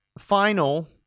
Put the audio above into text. final